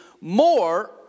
more